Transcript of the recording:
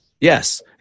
Yes